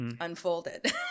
unfolded